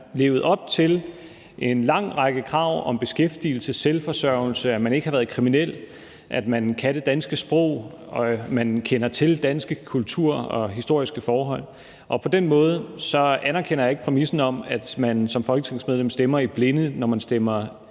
levet op til en lang række krav om beskæftigelse, selvforsørgelse og om, at man ikke har været kriminel, at man kan det danske sprog, og at man kender til dansk kultur og danske historiske forhold. På den måde anerkender jeg ikke præmissen om, at man som folketingsmedlem stemmer i blinde, når man stemmer